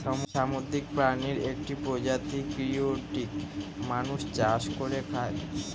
সামুদ্রিক প্রাণীর একটি প্রজাতি গিওডক মানুষ চাষ করে খায়